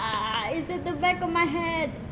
it's at the back of my head